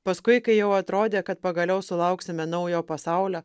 paskui kai jau atrodė kad pagaliau sulauksime naujo pasaulio